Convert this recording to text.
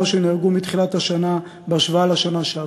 שנהרגו מתחילת השנה בהשוואה לשנה שעברה.